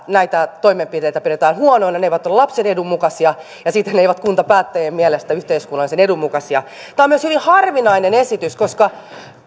näitä toimenpiteitä pidetään huonoina ne eivät ole lapsen edun mukaisia ja siten ne eivät kuntapäättäjien mielestä ole yhteiskunnallisen edun mukaisia tämä on myös hyvin harvinainen esitys koska